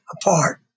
apart